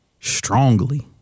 strongly